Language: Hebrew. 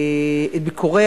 את ביקורי